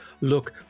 look